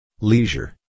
leisure